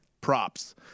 props